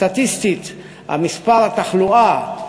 סטטיסטיקת התחלואה,